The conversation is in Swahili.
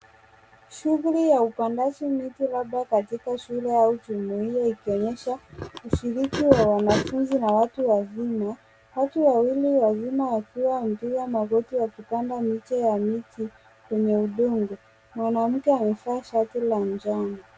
Shughuli ya upandaji miti labda katika shule au jumuia ikionyesha ushiriki wa wanafunzi na watu wazima, watu wawili wazima wakiwa wamepiga magoti wakipanda miche ya miti kwenye udongo. Mwanamke amevaa shati la njano .